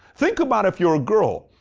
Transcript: think about if you're a girl,